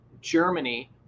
Germany